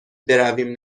برویم